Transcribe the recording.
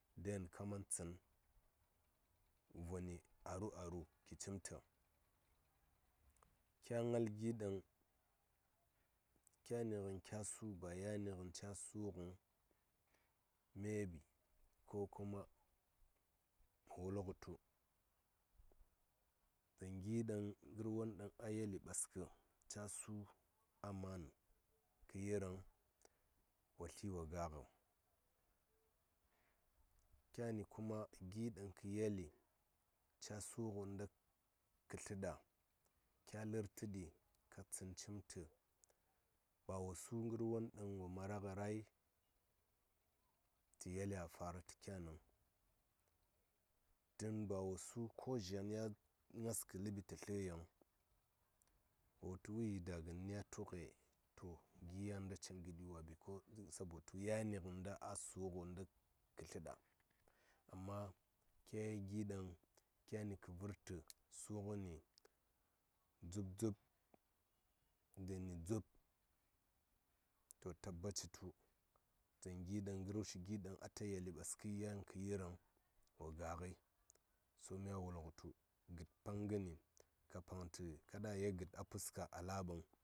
Den kaman tsən voni aru aru ki cim tə kya ngal gi ɗaŋ kyani ngən kya su ba yani ngən ca su ŋəŋ me bi ko kuma tu wul ngə tu dzaŋ gi ngar won ɗaŋ a yeli ɓaskə ca su aman kə yi rəŋ wo tliwo nga ngə kyani kuma gi ɗaŋ kə yeli ca su ngə inta kə tlə ɗa kya lər tə ɗi kya tsən cim tə ba wo su ngər won ɗaŋ wo mara ngə rai tə yeli a fara tə kya niŋ ba su ko zyen ya ŋgas kə ləɓi tə tlə yiŋ wo wutu wi da ngən ni a tu ŋye to gi yan cini gəɗi wa bikos sabo ko yani ngən a su ngə inta kə tlə ɗa amma kya yel gi ɗaŋ kə vər tə su ngəni dzub dzub dəni dzub to tabbaci tu dzaŋ gi ɗaŋ ngər shi ɗaŋ ata yeli ɓas kəi yan kə yirəŋ wo ga ngəi so mya wul ngə tu gəd paŋ ngəni ka paŋtəni kaɗa a yel gəd a puska a laɓəŋ.